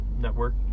Network